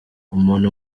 umuntu